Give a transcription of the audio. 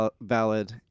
valid